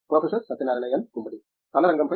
professor Satyanarayana N Gummadi తన రంగంపై